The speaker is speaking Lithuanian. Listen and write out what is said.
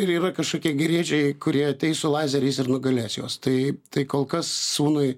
ir yra kažkokie geriečiai kurie ateis su lazeriais ir nugalės juos tai tai kol kas sūnui